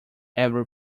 every